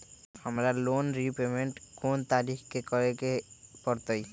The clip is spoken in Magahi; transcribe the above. हमरा लोन रीपेमेंट कोन तारीख के करे के परतई?